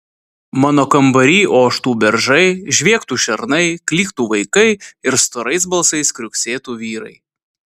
mano kambary oštų beržai žviegtų šernai klyktų vaikai ir storais balsais kriuksėtų vyrai